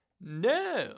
No